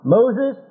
Moses